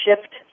shift